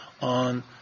on